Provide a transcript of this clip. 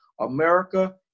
America